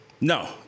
No